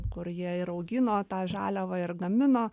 kur jie ir augino tą žaliavą ir gamino